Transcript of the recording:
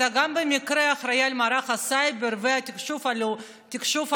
אתה במקרה אחראי גם למערך הסייבר והתקשוב הממשלתי,